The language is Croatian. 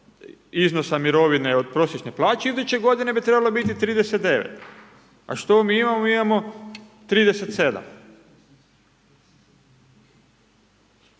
iznosa mirovine od prosječne plaće, iduće godine bi trebalo biti 39. A što mi imamo? Mi imamo 37.